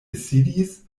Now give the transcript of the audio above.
sidis